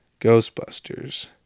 Ghostbusters